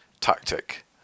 tactic